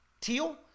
Teal